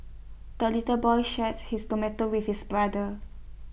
the little boy shares his tomato with his brother